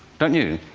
don't you?